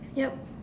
yup